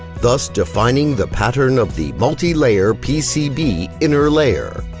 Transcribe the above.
thus defining the pattern of the multilayer pcb inner layer.